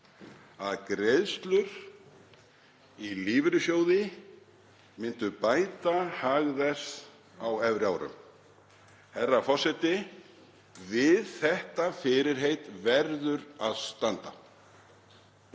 að greiðslur í lífeyrissjóði myndu bæta hag þess á efri árum. Herra froseti. Við þetta fyrirheit verður að standa.